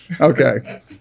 okay